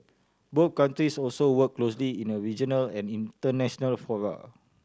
both countries also work closely in a regional and international fora